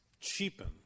cheapen